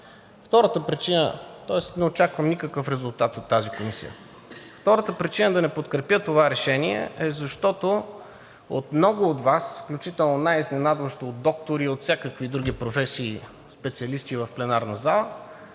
ѝ заседание. Тоест не очаквам никакъв резултат от тази комисия. Втората причина да не подкрепя това решение е, защото от много от Вас, включително най-изненадващо от доктори и от всякакви други професии и специалисти в пленарната зала,